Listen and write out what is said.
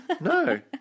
No